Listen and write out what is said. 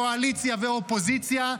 קואליציה ואופוזיציה,